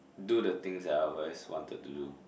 do the things that I always wanted to do